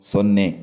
ಸೊನ್ನೆ